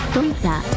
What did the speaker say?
Twitter